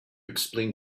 explain